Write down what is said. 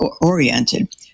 oriented